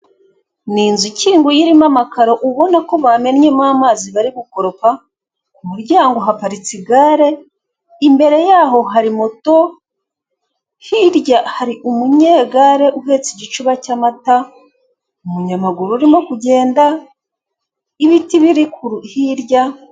Ni inzu ikinguye irimo amakaro ubona ko bamennyemo amazi bari bukoropa, ku muryango haparitse igare, imbere yaho hari moto, hirya hari umunyegare uhetse igicuba cy'amata, umunyamaguru urimo kugenda, ibiti biri kuru, hirya,...